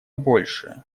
большее